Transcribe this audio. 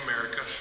America